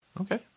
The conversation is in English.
Okay